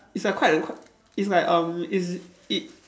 it's like quite a quite it's like um it's it